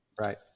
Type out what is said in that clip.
right